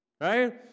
Right